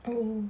mm